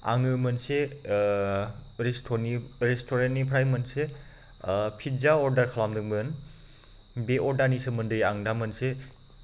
आङो मोनसे रेस्ट'रेन्टनिफ्राय मोनसे पिज्जा अर्डार खालामदोंमोन बे अर्डारनि सोमोन्दै आं दा मोनसे